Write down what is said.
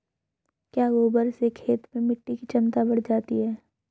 क्या गोबर से खेत में मिटी की क्षमता बढ़ जाती है?